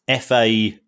FA